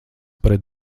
pret